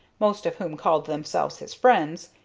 most of whom called themselves his friends,